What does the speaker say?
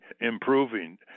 improving